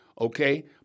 okay